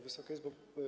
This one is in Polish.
Wysoka Izbo!